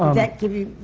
that give you